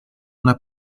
una